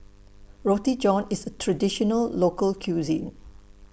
Roti John IS A Traditional Local Cuisine